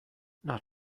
not